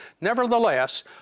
Nevertheless